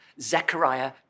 Zechariah